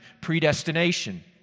predestination